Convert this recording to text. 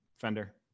Fender